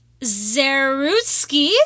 Zarutsky